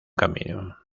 camino